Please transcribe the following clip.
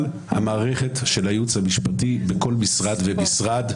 המערכת השל הייעוץ המשפטי בכל משרד ומשרד.